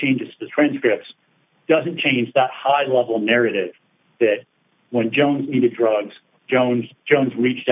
changes the transcripts doesn't change the high level narrative that when jones needed drugs jones jones reached